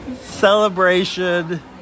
Celebration